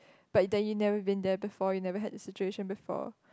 but then you never been there before you never had the situation before